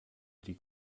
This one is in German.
die